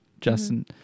Justin